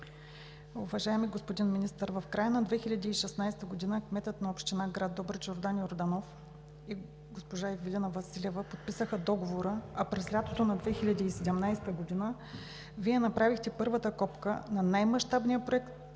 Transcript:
Уважаеми господин Министър, в края на 2016 г. кметът на общината в град Добрич Йордан Йорданов и госпожа Ивелина Василева подписаха договора, а през лятото на 2017 г. Вие направихте първата копка на най-мащабния проект